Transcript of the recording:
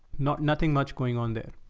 not nothing much going on there.